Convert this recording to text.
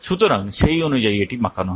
সুতরাং সেই অনুযায়ী এটি বাঁকানো হয়েছে